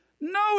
no